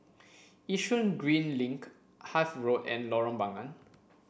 Yishun Green Link Hythe Road and Lorong Bunga